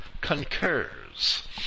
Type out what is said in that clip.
concurs